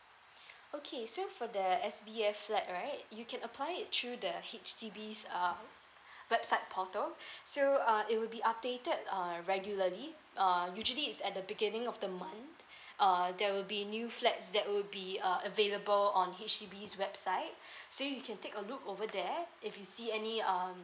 okay so for the S_B_F flat right you can apply it through the H_D_B's uh website portal so uh it will be updated err regularly uh usually is at the beginning of the month uh there will be new flats that will be uh available on H_D_B website so you can take a look over there if you see any um